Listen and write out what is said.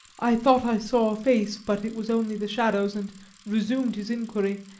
i thought i saw a face, but it was only the shadows, and resumed his inquiry,